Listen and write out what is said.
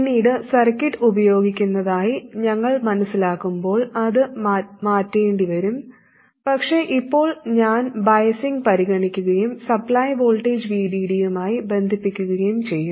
പിന്നീട് സർക്യൂട്ട് ഉപയോഗിക്കുന്നതായി ഞങ്ങൾ മനസ്സിലാക്കുമ്പോൾ അത് മാറ്റേണ്ടിവരും പക്ഷേ ഇപ്പോൾ ഞാൻ ബയാസിങ് പരിഗണിക്കുകയും സപ്ലൈ വോൾട്ടേജ് VDD യുമായി ബന്ധിപ്പിക്കുകയും ചെയ്യും